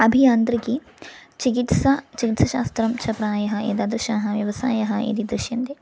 अभियान्त्रिकी चिकित्सा चिकित्साशास्त्रं च प्रायः एतादृशाः व्यवसायः इति दृश्यन्ते